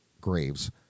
Graves